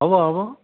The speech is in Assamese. হ'ব হ'ব